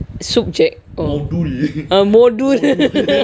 subjek modul